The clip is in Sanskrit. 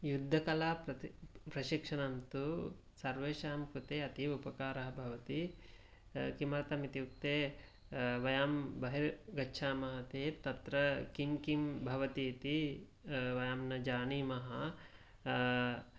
युद्धकला प्रति प्रशिक्षणं तु सर्वेषां कृते अतीव उपकारः भवति किमर्थम् इत्युक्ते वयं बहिर्गच्छामः चेत् तत्र किं किं भवति इति वयं न जानीमः